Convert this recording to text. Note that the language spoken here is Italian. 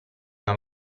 una